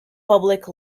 public